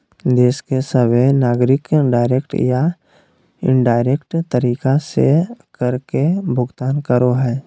देश के सभहे नागरिक डायरेक्ट या इनडायरेक्ट तरीका से कर के भुगतान करो हय